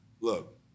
look